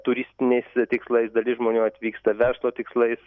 turistiniais tikslais dalis žmonių atvyksta verslo tikslais